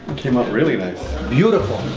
came out really nice. beautiful